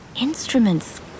instruments